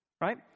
Right